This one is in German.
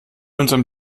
unserem